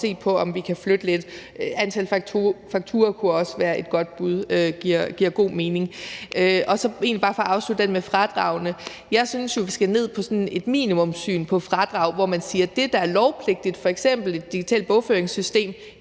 se på, om vi kan flytte lidt. Antal fakturaer kunne også være et godt bud – det giver god mening. Så vil jeg egentlig bare for at afslutte det med fradragene sige, at jeg jo synes, at vi skal ned på sådan et minimumssyn på fradrag, hvor man siger, at det, der er lovpligtigt, f.eks. et digitalt bogføringssystem,